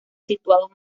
situado